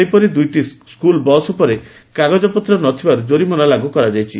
ସେହିପରି ଦୁଇଟି school bus ଉପରେ କାଗଜପତ୍ର ନ ଥିବାରୁ ଜରିମାନା ଲାଗୁ କରାଯାଇଛି